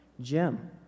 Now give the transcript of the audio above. Jim